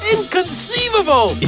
Inconceivable